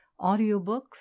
audiobooks